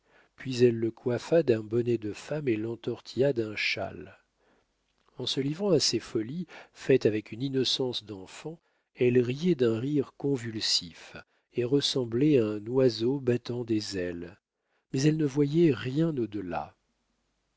puis elle le coiffa d'un bonnet de femme et l'entortilla d'un châle en se livrant à ses folies faites avec une innocence d'enfant elle riait d'un rire convulsif et ressemblait à un oiseau battant des ailes mais elle ne voyait rien au